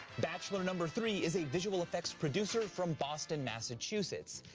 bachelor number three is a visual effects producer from boston, massachusetts.